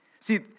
See